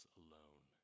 alone